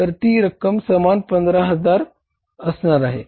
तर ती रक्कम समान 15000 असणार आहे